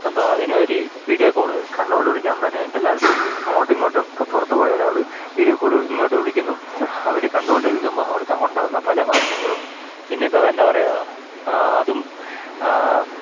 ഇപ്പോഴെന്താണ് video call കണ്ടുകൊണ്ട് വിളിക്കാം എല്ലാവര്ക്കും അങ്ങോട്ടും ഇങ്ങോട്ടും ഇപ്പോള് പുറത്തുപോയ ഒരാള് വീഡിയോ കോള് ഇങ്ങോട്ട് വിളിക്കുന്നു അവര് കണ്ടുകൊണ്ട് വിളിക്കുമ്പോള് അവർക്കുണ്ടാകുന്ന പല മാറ്റങ്ങളും പിന്നെ ഇപ്പോഴെന്താണ് പറയുക അതും